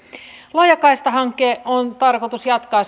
laajakaistahanketta on tarkoitus jatkaa